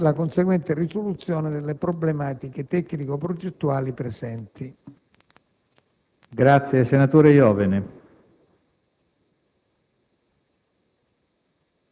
nonché la conseguente risoluzione delle problematiche tecnico-progettuali presenti.